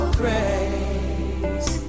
grace